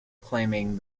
claiming